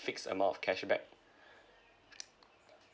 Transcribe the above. fixed amount of cashback